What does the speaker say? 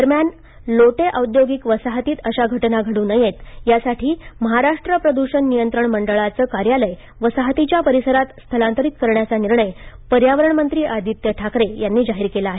दरम्यान लोटे औद्योगिक वसाहतीत अशा घटना घडू नयेत यासाठी महाराष्ट्र प्रदूषण नियंत्रण मंडळाचं कार्यालय वसाहतीच्या परिसरात स्थलांतरित करण्याचा निर्णय पर्यावरण मंत्री आदित्य ठाकरे यांनी जाहीर केला आहे